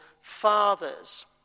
fathers